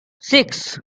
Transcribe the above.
six